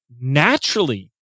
naturally